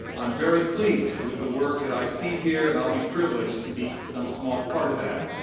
um very pleased with the work that i see here and i'll be privileged to be some small part of that.